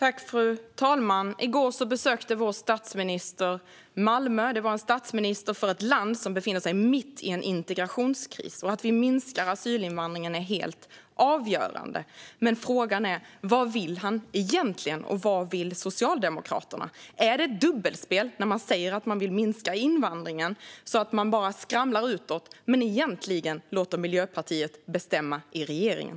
Fru talman! I går besökte statsministern Malmö, en statsminister för ett land som befinner sig mitt i en integrationskris. Att vi minskar asylinvandringen är helt avgörande. Men frågan är vad statsministern och Socialdemokraterna egentligen vill. Är det dubbelspel och skrammel utåt när ni säger att ni vill minska invandringen men egentligen låter Miljöpartiet bestämma i regeringen?